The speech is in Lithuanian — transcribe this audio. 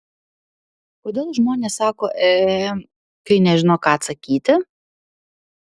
kodėl žmonės sako e kai nežino ką atsakyti